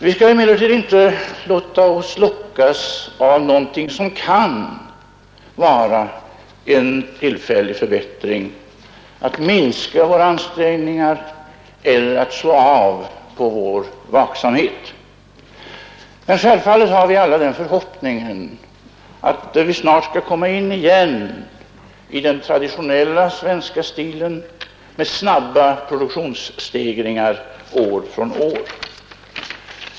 Vi skall emellertid inte låta oss lockas av någonting som kan vara en tillfällig förbättring att minska våra ansträngningar eller att slå av på vår vaksamhet. Men självfallet har vi alla den förhoppningen att vi snart åter skall komma in i den traditionella svenska stilen med snabba produktionsstegringar år från år.